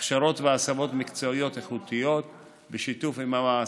הכשרות והשמות מקצועיות איכותיות בשיתוף עם המעסיקים.